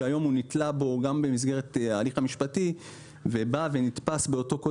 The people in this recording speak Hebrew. שהיום הוא נתלה בו גם במסגרת ההליך המשפטי ובא ונתפס באותו קוד